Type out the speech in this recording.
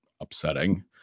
upsetting